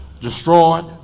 destroyed